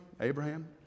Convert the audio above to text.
Abraham